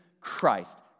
Christ